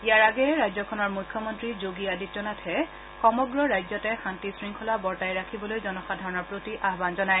ইয়াৰ আগেয়ে ৰাজ্যখনৰ মূখ্যমন্তী যোগী আদিত্যনাথে সমগ্ৰ ৰাজ্যতে শান্তি শৃংখলা বৰ্তাই ৰাখিবলৈ জনসাধাৰণৰ প্ৰতি আহান জনায়